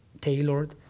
tailored